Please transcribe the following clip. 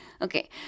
Okay